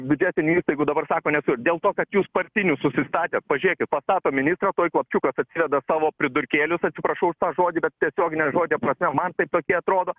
biudžetinių įstaigų dabar sako neturi dėl to kad jūs partinius susistatę pažiūrėkit pastato ministrą tuoj klapčiukas atsiveda savo pridurkėlius atsiprašau už tą žodį bet tiesiogine žodžio prasme man taip tokie atrodo